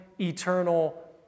eternal